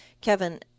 Kevin